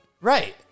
right